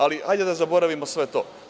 Ali, hajde da zaboravimo sve to.